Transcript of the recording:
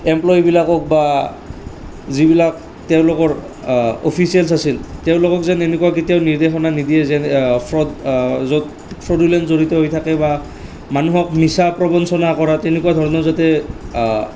employee বিলাকক বা যিবিলাক তেওঁলোকৰ অফিচিয়েলচ আছিল তেওঁলোকক যেন এনেকুৱা কেতিয়াও নিৰ্দেশনা নিদিয়ে যেন ফ্ৰড য'ত ফ্ৰদ্যুলেণ্ড জড়িত হৈ থাকে বা মানুহক মিছা প্ৰৱঞ্চনা কৰা তেনেকুৱা ধৰণৰ যাতে